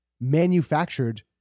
manufactured